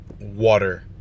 water